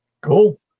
Cool